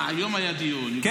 היום היה דיון, הבנתי.